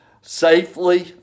safely